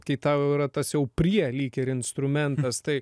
kai tau yra tas jau prie lyg ir instrumentas tai